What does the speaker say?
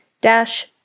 dash